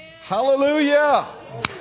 Hallelujah